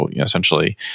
essentially